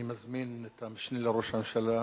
אני מזמין את המשנה לראש הממשלה,